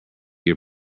your